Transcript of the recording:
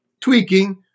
tweaking